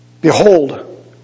Behold